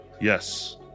Yes